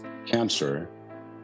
cancer